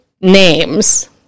names